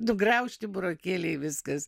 nugraužti burokėliai viskas